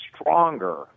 stronger